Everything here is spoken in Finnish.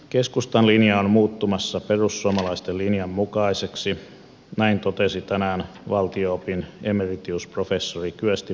keskustan linja on muuttumassa perussuomalaisten linjan mukaiseksi näin totesi tänään valtio opin emeritusprofessori kyösti pekonen yleisradiolle